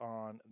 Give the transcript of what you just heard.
on